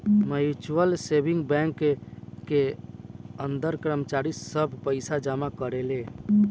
mutual saving bank के अंदर कर्मचारी सब पइसा जमा करेले